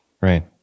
Right